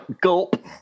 Gulp